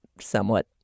Somewhat